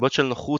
מסיבות של נוחות,